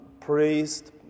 priest